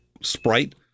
Sprite